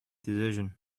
decisions